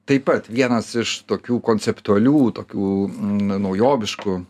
taip pat vienas iš tokių konceptualių tokių na naujoviškų